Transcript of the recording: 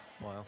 Wow